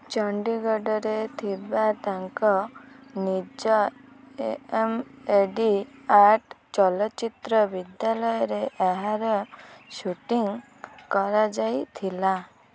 ଚଣ୍ଡିଗଡ଼ରେ ଥିବା ତାଙ୍କ ନିଜ A M A A D art ଚଳଚ୍ଚିତ୍ର ବିଦ୍ୟାଳୟରେ ଏହାର ସୁଟିଙ୍ଗ କରାଯାଇଥିଲା